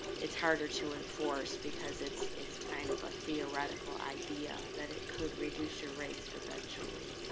it's harder to enforce because it's, it's kind of a theoretical idea that it could reduce your rates eventually.